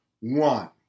one